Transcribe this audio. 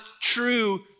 true